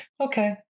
Okay